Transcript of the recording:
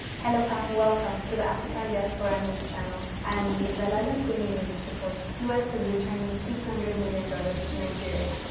hello fam, welcome to the african diaspora news channel. i am wongel zelalem bringing you this report. u s. is returning three hundred million dollars to nigeria.